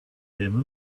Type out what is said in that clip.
him